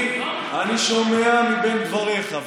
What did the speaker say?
אני שומע בין דבריך.